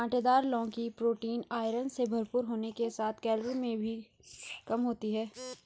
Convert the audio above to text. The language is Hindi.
काँटेदार लौकी प्रोटीन, आयरन से भरपूर होने के साथ कैलोरी में भी कम होती है